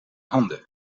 handen